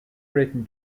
britain